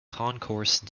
concourse